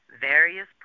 various